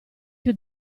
più